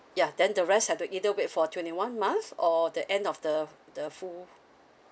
ya then the rest have to either wait for twenty one month or the end of the the full